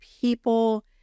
people